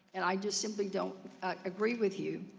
and i just simply don't agree with you.